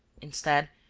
instead,